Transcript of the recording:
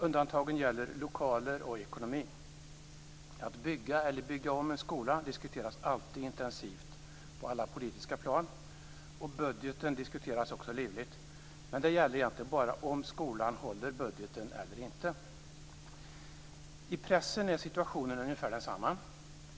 Undantagen gäller lokaler och ekonomin. Att bygga eller bygga om en skola diskuteras alltid intensivt på alla politiska plan, och budgeten diskuteras också livligt. Men där gäller det egentligen bara om skolan håller budgeten eller inte. I pressen är situationen ungefär densamma.